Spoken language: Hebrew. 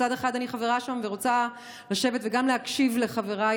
מצד אחד אני חברה שם ורוצה לשבת ולהקשיב לחבריי